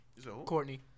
Courtney